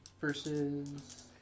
Versus